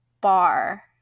bar